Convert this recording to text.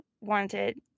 wanted